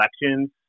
elections